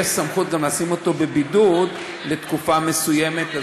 יש סמכות לשים אותו בבידוד לתקופה מסוימת,